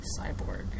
cyborg